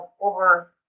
over